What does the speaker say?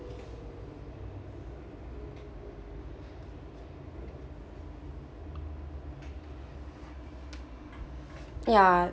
ya